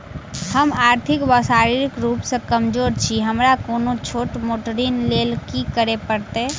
हम आर्थिक व शारीरिक रूप सँ कमजोर छी हमरा कोनों छोट मोट ऋण लैल की करै पड़तै?